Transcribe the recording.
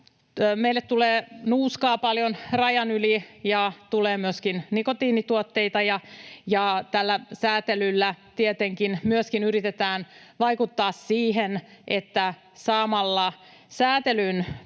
Meille tulee nuuskaa paljon rajan yli ja tulee myöskin nikotiinituotteita. Tällä sääntelyllä tietenkin myöskin yritetään vaikuttaa siihen, että saamalla sääntelyn